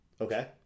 Okay